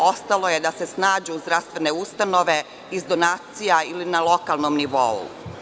Ostalo je da se snađu zdravstvene ustanove iz donacija ili na lokalnom nivou.